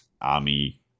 army